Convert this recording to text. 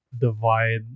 divide